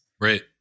Right